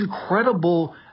incredible